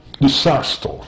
disaster